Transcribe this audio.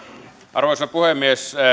arvoisa puhemies